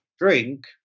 drink